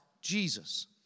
Jesus